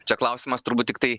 čia klausimas turbūt tiktai